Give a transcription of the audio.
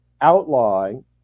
outlawing